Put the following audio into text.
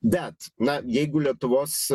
bet na jeigu lietuvos